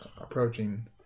approaching